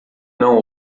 não